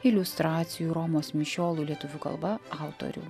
iliustracijų romos mišiolų lietuvių kalba autorių